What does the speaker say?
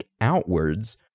outwards